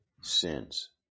sins